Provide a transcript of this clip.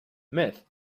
myth